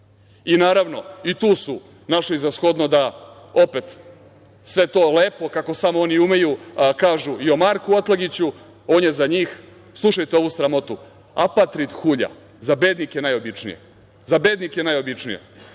skupštini. Naravno, i tu su našli za shodno da opet sve to lepo, kako samo oni umeju, kažu i o Marku Atlagiću. On je za njih, slušajte ovu sramotu – apatrid hulja za bednike najobičnije. Mi smo još,